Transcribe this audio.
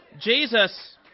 Jesus